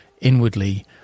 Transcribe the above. inwardly